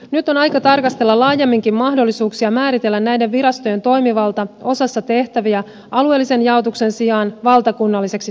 nyt on aika tarkastella laajemminkin mahdollisuuksia määritellä näiden virastojen toimivalta osassa tehtäviä alueellisen jaotuksen sijaan valtakunnalliseksi toimivallaksi